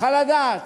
יוכל לדעת